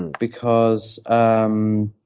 and because um